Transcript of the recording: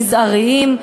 מזעריים,